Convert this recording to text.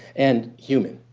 and human